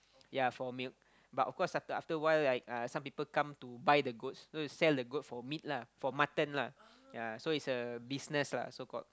yea for milk but of course after after a while like uh some people come to buy the goats so they sell the goat for meat lah for mutton lah yea so it's a business lah so called